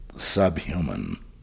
Subhuman